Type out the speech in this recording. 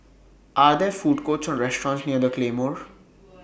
Are There Food Courts Or restaurants near The Claymore